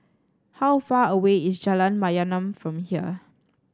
how far away is Jalan Mayaanam from here